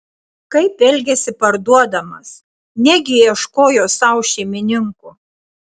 kaip elgėsi parduodamas negi ieškojo sau šeimininko